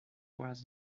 was